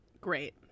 Great